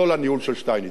לא לניהול של שטייניץ.